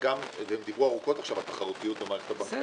והם דיברו עכשיו ארוכות על תחרותיות במערכת הבנקאית.